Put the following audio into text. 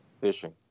fishing